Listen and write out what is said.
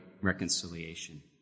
reconciliation